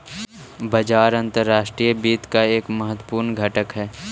बाजार अंतर्राष्ट्रीय वित्त का एक महत्वपूर्ण घटक हई